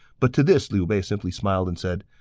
but to this, liu bei simply smiled and said,